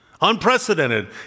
Unprecedented